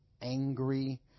angry